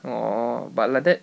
orh but like that